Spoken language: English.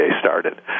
started